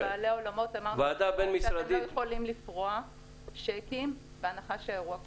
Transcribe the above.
לבעלי האולמות אמרנו שהם לא יכולים לפרוע שיקים בהנחה שהאירוע קוים.